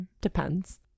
Depends